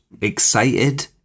Excited